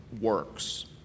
works